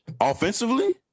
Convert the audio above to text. Offensively